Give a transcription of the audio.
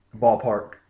ballpark